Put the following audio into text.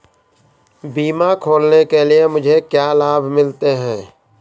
बीमा खोलने के लिए मुझे क्या लाभ मिलते हैं?